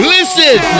Listen